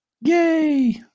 Yay